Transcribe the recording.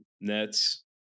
Nets